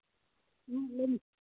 ᱦᱮᱸ ᱞᱟᱹᱭ ᱢᱮ